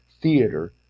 theater